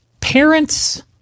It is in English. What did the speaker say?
Parents